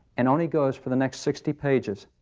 and on he goes for the next sixty pages.